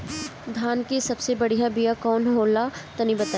धान के सबसे बढ़िया बिया कौन हो ला तनि बाताई?